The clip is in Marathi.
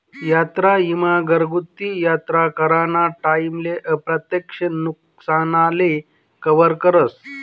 यात्रा ईमा घरगुती यात्रा कराना टाईमले अप्रत्यक्ष नुकसानले कवर करस